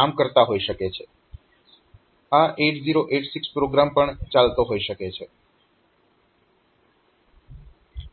આ 8086 પ્રોગ્રામ પણ ચાલતો હોઈ શકે